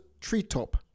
treetop